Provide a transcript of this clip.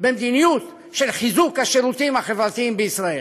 במדיניות של חיזוק השירותים החברתיים בישראל.